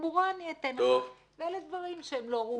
ובתמורה אני אתן לך, ואלה דברים שהם לא ראויים.